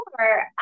Sure